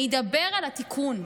אני אדבר על התיקון,